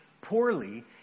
poorly